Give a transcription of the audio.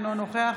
אינו נוכח